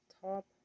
top